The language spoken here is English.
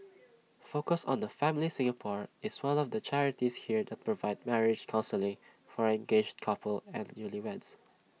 focus on the family Singapore is one of the charities here that provide marriage counselling for engaged couples and newlyweds